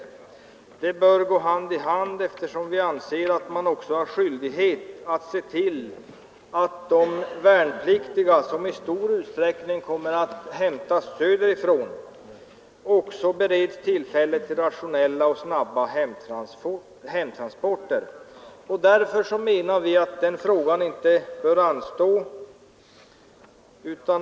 De besluten bör gå hand i hand, eftersom man har skyldighet att se till att de värnpliktiga, som i stor utsträckning kommer att hämtas söderifrån, bereds tillfälle till rationella och snabba hemtransporter. Därför menar vi att den frågan inte bör anstå.